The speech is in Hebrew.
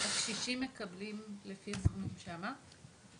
הקשישים מקבלים לפי הסכומים שאמרת?